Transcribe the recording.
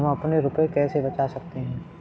हम अपने रुपये कैसे बचा सकते हैं?